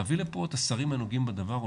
להביא לפה את השרים הנוגעים בדבר,